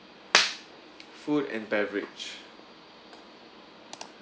food and beverage